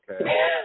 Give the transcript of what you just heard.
okay